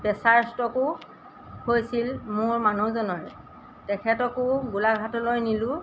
প্ৰেচাৰষ্ট্ৰকো হৈছিল মোৰ মানুহজনৰে তেখেতকো গোলাঘাটলৈ নিলোঁ